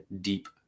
deep